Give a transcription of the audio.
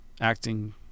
acting